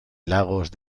lagos